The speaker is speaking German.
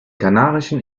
kanarischen